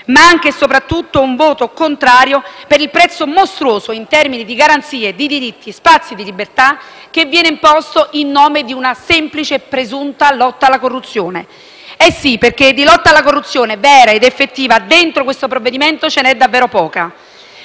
ma anche e soprattutto un voto contrario per il prezzo mostruoso, in termini di garanzie, di diritti e di spazi di libertà che viene imposto in nome di una semplice e presunta lotta alla corruzione. Di lotta alla corruzione vera ed effettiva, infatti, all'interno del provvedimento in esame ce n'è davvero poca.